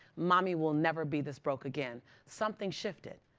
mommy will never be this broke again. something shifted.